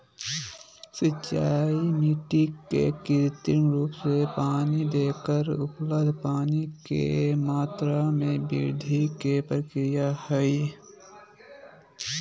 सिंचाई मिट्टी के कृत्रिम रूप से पानी देकर उपलब्ध पानी के मात्रा में वृद्धि के प्रक्रिया हई